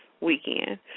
weekend